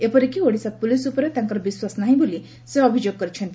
ଏପରିକି ଓଡିଶା ପୋଲିସ ଉପରେ ତାଙ୍କର ବିଶ୍ୱାସ ନାହଁ ବୋଲି ସେ ଅଭିଯୋଗ କରିଛନ୍ତି